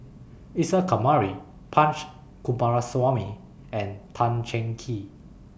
Isa Kamari Punch Coomaraswamy and Tan Cheng Kee